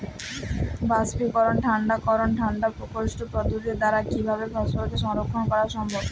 বাষ্পীকরন ঠান্ডা করণ ঠান্ডা প্রকোষ্ঠ পদ্ধতির দ্বারা কিভাবে ফসলকে সংরক্ষণ করা সম্ভব?